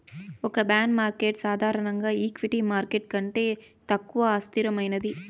ఒక bond market సాధారణంగా equity market కంటే తక్కువ అస్థిరమైనది